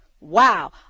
Wow